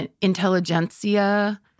intelligentsia